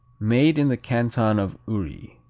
made in the canton of uri.